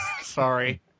sorry